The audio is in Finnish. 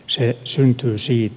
se syntyy siitä